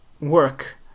work